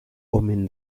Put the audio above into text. omen